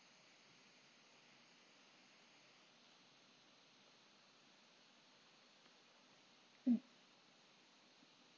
mm